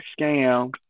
scam